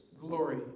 glory